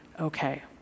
okay